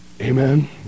Amen